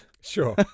Sure